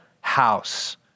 house